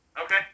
Okay